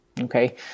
Okay